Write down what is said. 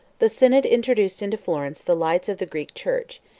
the synod introduced into florence the lights of the greek church,